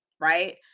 right